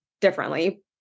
differently